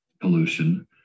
pollution